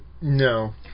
No